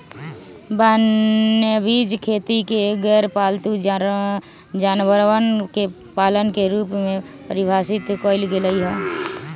वन्यजीव खेती के गैरपालतू जानवरवन के पालन के रूप में परिभाषित कइल गैले है